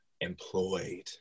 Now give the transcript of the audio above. employed